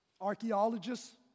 archaeologists